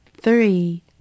Three